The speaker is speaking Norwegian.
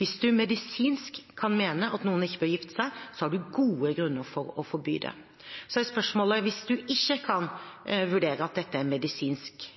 Hvis man medisinsk kan mene at noen ikke bør gifte seg, har man gode grunner for å forby det. Så er spørsmålet: Hvis man ikke kan vurdere at dette medisinsk ikke er